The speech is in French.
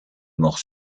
morts